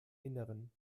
innern